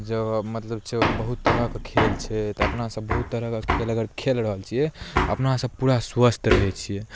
जे मतलब छै बहुत तरहके खेल छै तऽ अपना सब बहुत तरहक खेल अगर खेल रहल छियै अपना सब पूरा स्वस्थ रहै छियै